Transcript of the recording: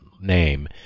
name